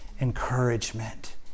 encouragement